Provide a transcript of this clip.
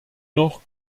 noch